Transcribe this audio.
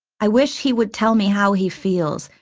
i wish he would tell me how he feels.